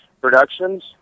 Productions